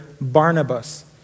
Barnabas